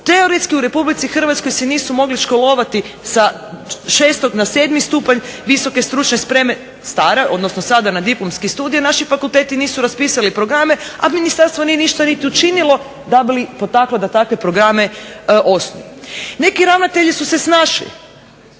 teoretski u RH se nisu mogli školovati sa 6 na 7 stupanj visoke stručne spreme stare, odnosno sada na diplomski studij jer naši fakulteti nisu raspisali programe, a ministarstvo nije ništa niti učinilo da bi ih potaklo da takve programe osnuju. Neki ravnatelji su se snašli.